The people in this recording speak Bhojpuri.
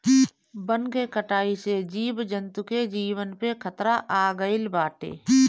वन के कटाई से जीव जंतु के जीवन पे खतरा आगईल बाटे